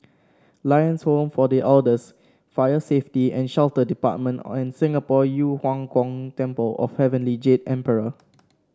Lions Home for The Elders Fire Safety and Shelter Department and Singapore Yu Huang Gong Temple of Heavenly Jade Emperor